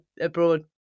abroad